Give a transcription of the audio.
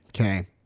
Okay